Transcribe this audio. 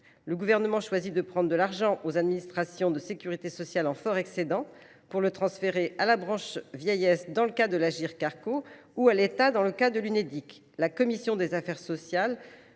Le Gouvernement choisit de prendre de l’argent aux administrations de sécurité sociale en fort excédent et de le transférer à la branche vieillesse dans le cas de l’Agirc Arrco ou à l’État dans le cas de l’Unédic. La commission des affaires sociales